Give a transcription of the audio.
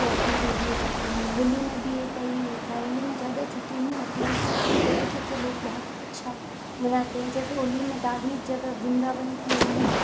रोशनी देखने जाते हैं होली में भी कई होता है होली में भी ज़्यादा छुट्टीयां नहीं होती लेकिन अपने तरीके से बहुत अच्छा मनाते हैं जैसे होली में धार्मिक जगह वृंदावन की होली